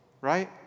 right